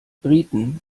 briten